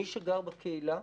מי שגר בקהילה,